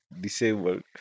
disabled